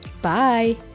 Bye